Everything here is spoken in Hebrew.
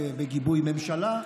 בגיבוי ממשלה,